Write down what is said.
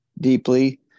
deeply